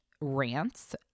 rants